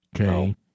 Okay